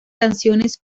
canciones